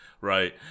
Right